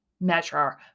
measure